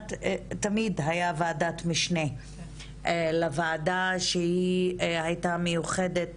כמעט תמיד הייתה וועדת משנה לוועדה שהיא הייתה מיוחדת,